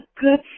good